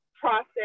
process